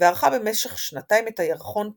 וערכה במשך שנתיים את הירחון פיסמו.